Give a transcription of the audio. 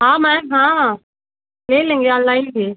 हाँ मैम हाँ ले लेंगे ऑनलाइन भी